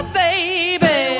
baby